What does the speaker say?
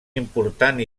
important